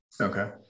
Okay